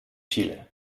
chile